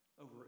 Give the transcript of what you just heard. over